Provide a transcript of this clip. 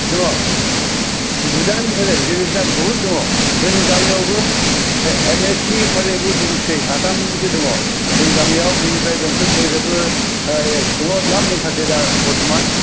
दङ गोजानथार जायो बहुद दङ जोंनि गामियावबो एम एस सि फरायनायबो दंसै साथामसो दङ जोंनि गामियाव बेनिफ्राय बेंथल कलेजावबो दङ द्लाम दंथारसै दा बरथ'मान